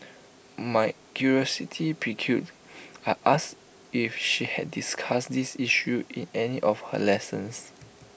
my curiosity piqued I asked if she had discussed this issue in any of her lessons